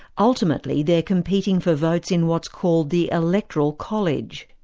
ultimately, they're competing for votes in what's called the electoral college.